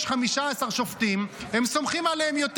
יש 15 שופטים, הם סומכים עליהם יותר.